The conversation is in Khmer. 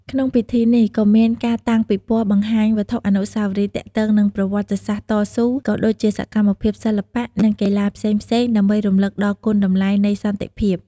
ក្នុងពិធីនេះ ក៏មានការតាំងពិព័រណ៍បង្ហាញវត្ថុអនុស្សាវរីយ៍ទាក់ទងនឹងប្រវត្តិសាស្ត្រតស៊ូ ក៏ដូចជាសកម្មភាពសិល្បៈ និងកីឡាផ្សេងៗ ដើម្បីរំលឹកដល់គុណតម្លៃនៃសន្តិភាព។